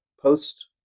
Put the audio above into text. post